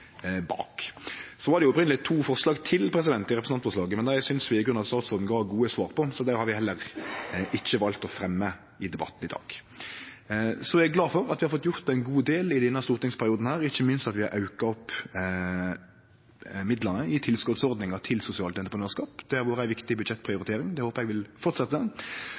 bak. Det var opphavleg to forslag til i representantforslaget, men dei synest vi i grunnen at statsråden gav gode svar på, så dei har vi valt ikkje å fremje i debatten i dag. Eg er glad for at vi har fått gjort ein god del i denne stortingsperioden, ikkje minst at vi har auka midlane i tilskotsordninga til sosialt entreprenørskap. Det har vore ei viktig budsjettprioritering, og det håpar eg vil